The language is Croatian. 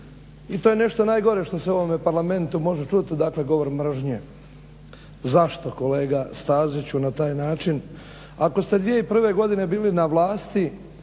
i to je nešto najgore što se u ovom Parlamentu može čuti dakle govor mržnje. Zašto kolega Staziću na taj način? Ako ste 2001.godine bili na vlasti